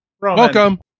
Welcome